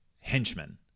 henchman